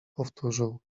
powtórzył